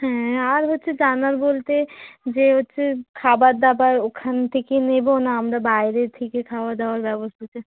হ্যাঁ আর হচ্ছে জানার বলতে যে হচ্ছে খাবার দাবার ওখান থেকে নেব না আমরা বাইরে থেকে খাওয়া দাওয়ার ব্যবস্থা আছে